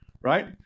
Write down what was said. right